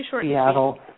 Seattle